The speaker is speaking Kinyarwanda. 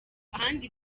ahandi